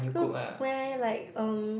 no when I like um